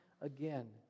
again